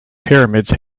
pyramids